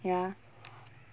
ya